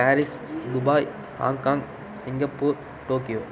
Paris Dubai Hong Kong Singapore Tokyo